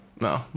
No